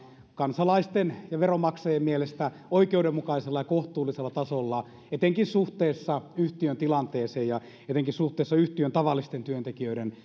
kansalaisten ja veronmaksajien mielestä oikeudenmukaisella ja kohtuullisella tasolla etenkin suhteessa yhtiön tilanteeseen ja etenkin suhteessa yhtiön tavallisten työntekijöiden